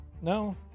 No